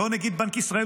לא נגיד בנק ישראל,